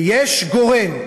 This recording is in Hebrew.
ויש גורם: